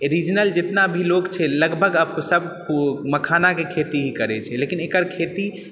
regional जितना भी लोग छै लगभग सब मखानाके खेती ही करै छै लेकिन एकर खेती